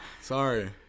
Sorry